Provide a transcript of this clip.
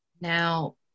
Now